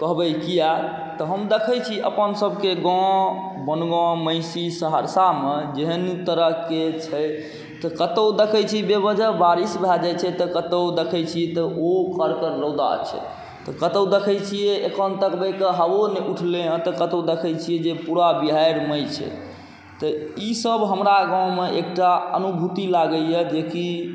कहबै किएक तऽ हम देखै छी अपनसबके गाम बनगांँव महिषी सहरसामे जेहन तरहके छै तऽ कतहु देखै छी बेवजह बारिश भऽ जाइ छै तऽ कतहु देखै छी तऽ ओ कड़कड़ रौदा छै तऽ कतहु देखै छी एखन तकबै तऽ हवो नहि उठलै हँ तऽ कतहु देखै छिए जे पूरा बिहाड़िमय छै तऽ ईसब हमरा गाममे एकटा अनुभूति लागैए जेकि